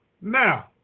Now